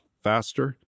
faster